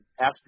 ask